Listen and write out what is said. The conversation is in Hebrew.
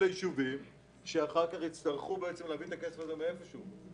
הם יצטרכו להביא את הכסף הזה מאיפה שהוא.